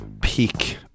peak